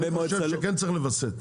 אני חושב שכן צריך לווסת.